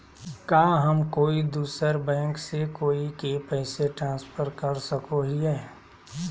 का हम कोई दूसर बैंक से कोई के पैसे ट्रांसफर कर सको हियै?